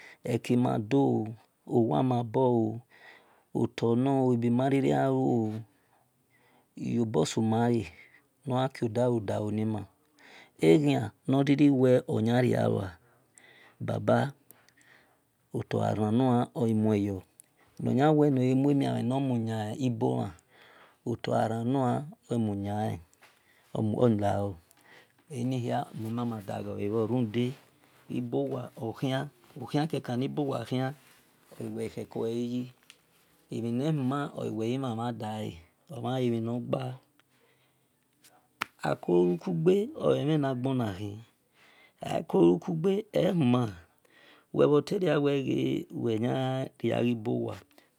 Eki ma dol oo owa mabol ii otoi nor ebi mariri ghaluoo rio bo sumai so that nor gha ki odalo-dalo ni ma eghan nor riri wel oyan ria luo baba oto gha ranua oghi mue yo baba enoyan-wel nor nue miamhen yan ibolan to gha ranua oghi lao eni hia mel mama daghole bhor runde okhian keban ni bo wa khian oluwe khe-koe-yi emhi ne human ou wel ghi mhan mha dae akolu kugbe ole emhan naghon na khi akolu kugbe ehiman wel bho toi ria wel wel yan ria ghi boi wa